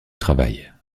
travail